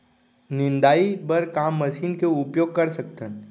निंदाई बर का मशीन के उपयोग कर सकथन?